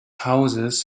houses